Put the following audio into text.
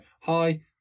hi